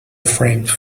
frames